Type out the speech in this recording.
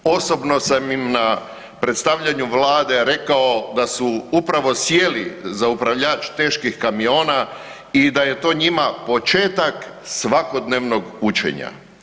Osobno sam im na predstavljanju Vlade rekao da su upravo sjeli za upravljač teških kamiona i da je to njima početak svakodnevnog učenja.